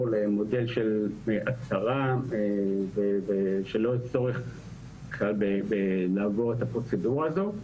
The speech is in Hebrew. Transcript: למודל של הצהרה ושלא יהיה צורך כלל לעבור את הפרוצדורה הזו.